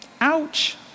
Ouch